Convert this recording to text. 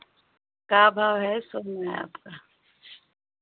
क्या भाव है सोना आपका